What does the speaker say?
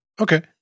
Okay